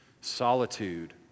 solitude